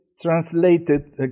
translated